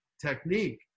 technique